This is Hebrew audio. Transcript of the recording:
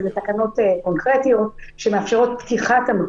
לתקנות קונקרטיות שמאפשרות פתיחת המקום.